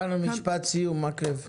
משפט סיום, מקלב.